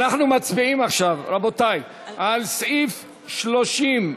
אנחנו מצביעים עכשיו, רבותי, על סעיף 39,